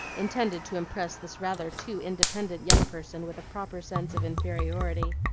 intended to impress this rather too independent young person with a proper sense of inferiority.